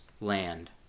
LAND